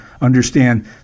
understand